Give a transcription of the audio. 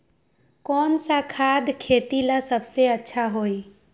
कौन सा खाद खेती ला सबसे अच्छा होई?